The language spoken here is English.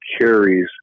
carries